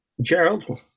Gerald